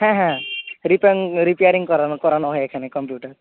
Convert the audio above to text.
হ্যাঁ হ্যাঁ repairing repairing করানো করানো হয় এখানে কম্পিউটার